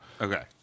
Okay